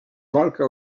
walka